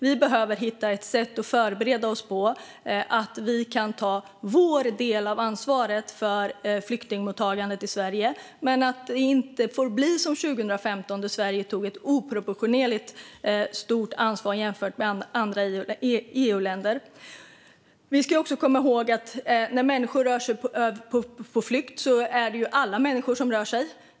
Vi behöver hitta ett sätt att förbereda oss på så att vi kan ta vår del av ansvaret för flyktingmottagandet i Sverige, men det får inte bli som 2015 där Sverige tog ett oproportionerligt stort ansvar jämfört med andra EU-länder. Vi ska också komma ihåg att när människor rör sig på flykt är det alla människor som rör sig.